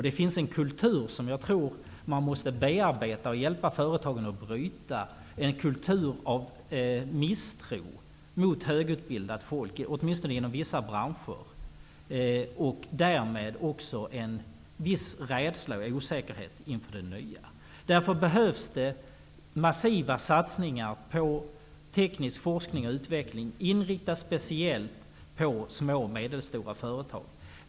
Det finns en kultur som man måste bearbeta och hjälpa företagen att bryta. Det är en kultur av misstro mot högutbildat folk, åtminstone i vissa branscher, och därmed också en viss rädsla och osäkerhet inför det nya. Det behövs därför massiva satsningar på teknisk forskning och utveckling som är speciellt inriktad på små och medelstora företag.